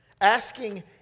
asking